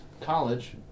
college